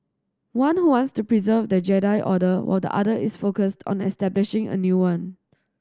one who wants to preserve the Jedi Order while the other is focused on establishing a new one